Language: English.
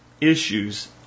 issues